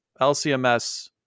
LCMS